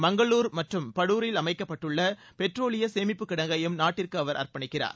மங்களூர் மற்றும் படூரில் அமைக்கப்பட்டுள்ள பெட்ரோலிய சேமிப்பு கிடங்கையும் ் நாட்டிற்கு அவர் அர்ப்பணிக்கிறார்